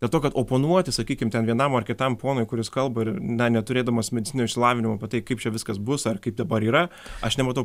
dėl to kad oponuoti sakykim ten vienam ar kitam ponui kuris kalba ir na neturėdamas medicininio išsilavinimo apie tai kaip čia viskas bus ar kaip dabar yra aš nematau